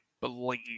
believe